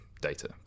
data